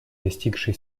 достигшие